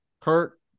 Kurt